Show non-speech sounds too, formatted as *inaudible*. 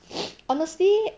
*breath* honestly